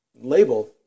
label